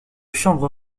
chambre